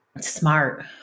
smart